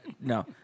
No